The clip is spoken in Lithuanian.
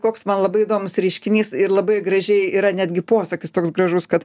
koks man labai įdomus reiškinys ir labai gražiai yra netgi posakis toks gražus kad